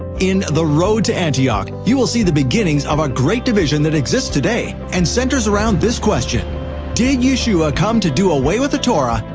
in the road to antioch, you will see the beginnings of a great division that exists today and centers around this question did yeshua come to do away with the torah,